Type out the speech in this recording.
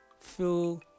Fill